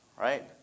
right